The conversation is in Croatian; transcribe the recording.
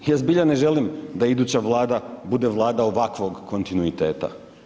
Ja zbilja ne želim da iduća vlada bude vlada ovakvog kontinuiteta.